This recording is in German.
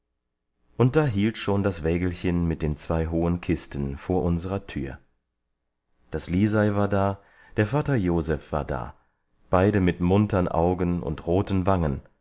und da hielt schon das wägelchen mit den zwei hohen kisten vor unserer tür das lisei war da der vater joseph war da beide mit muntern augen und roten wangen